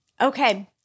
okay